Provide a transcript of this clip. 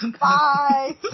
Bye